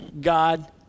god